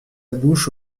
bouche